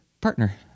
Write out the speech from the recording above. partner